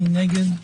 מי נגד?